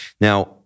Now